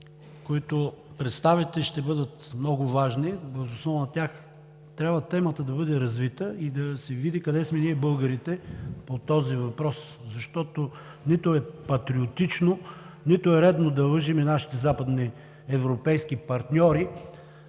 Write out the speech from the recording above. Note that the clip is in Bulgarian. които представяте, ще бъдат много важни. Въз основа на тях трябва темата да бъде развита и да се види къде сме ние, българите, по този въпрос, защото нито е патриотично, нито е редно да лъжем нашите западни европейски партньори